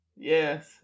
Yes